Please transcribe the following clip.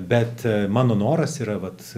bet mano noras yra vat